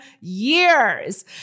years